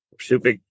super